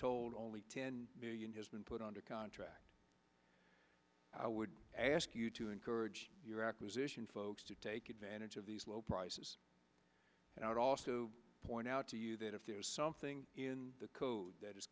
told only ten million has been put under contract i would ask you to encourage your acquisition folks to take advantage of these low prices and i would also point out to you that if there is something in the code that is